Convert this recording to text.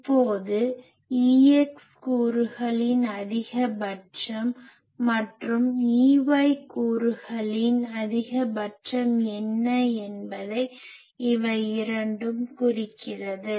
இப்போது Ex கூறுகளின் அதிகபட்சம் மற்றும் Ey கூறுகளின் அதிகபட்சம் என்ன என்பதை இவை இரண்டும் குறிக்கிறது